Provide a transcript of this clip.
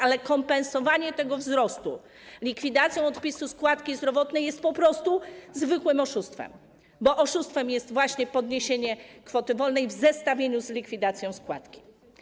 Ale kompensowanie tego wzrostu likwidacją odpisu składki zdrowotnej jest po prostu zwykłym oszustwem, bo oszustwem jest właśnie podniesienie kwoty wolnej w zestawieniu z likwidacją składki.